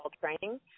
training